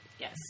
Yes